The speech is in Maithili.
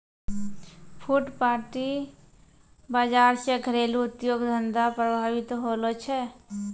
फुटपाटी बाजार से घरेलू उद्योग धंधा प्रभावित होलो छै